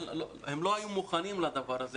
הם לא היו מוכנים לדבר כזה.